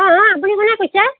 অ' অ' আপুনি কোনে কৈছে